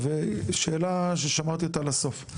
שאלה ששמרתי אותה לסוף.